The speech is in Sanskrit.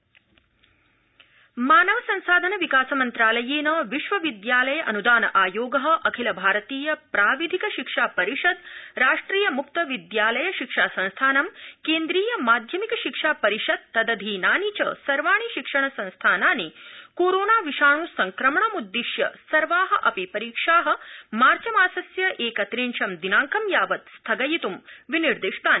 मानव संसाधन विकासमन्त्रालयनिर्देश मानव संसाधन विकासमन्त्रालयेन विश्वविद्यालयानुदानायोग अखिल भारतीय प्राविधिक शिक्षा परिषद राष्ट्रिय मुक्त विद्यालय शिक्षा संस्थानम केन्द्रीय माध्यमिक शिक्षा परिषद तदधीनानि च सर्वाणि शिक्षण संस्थानानि कोरोना विषाण् संक्रमणमृद्रिय सर्वा अपि परीक्षा मार्च मासस्य एकित्रंश दिनाङ्कं यावत् स्थगयित् विनिर्दिष्टानि